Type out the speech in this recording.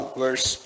verse